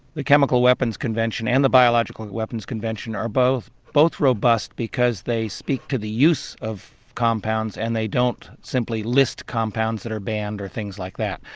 the chemical weapons convention and the biological and weapons convention are both both robust because they speak to the use of compounds and they don't simply list compounds that are banned or things like that.